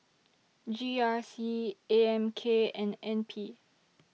G R C A M K and N P